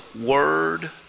word